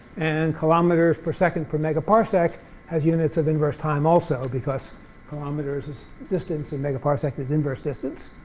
and kilometers per second per megaparsec has units of inverse time also because kilometers is distance and megaparsec is inverse distance.